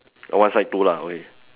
one side two lah okay !oi!